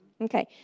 Okay